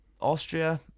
Austria